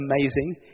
amazing